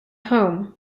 home